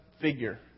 figure